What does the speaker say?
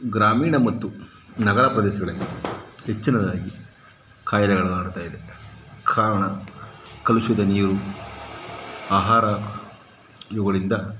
ಗ್ರಾಮೀಣ ಮತ್ತು ನಗರ ಪ್ರದೇಶಗಳಲ್ಲಿ ಹೆಚ್ಚಿನದಾಗಿ ಕಾಯಿಲೆಗಳು ಹರಡ್ತಾಯಿದೆ ಕಾರಣ ಕಲುಷಿತ ನೀರು ಆಹಾರ ಇವುಗಳಿಂದ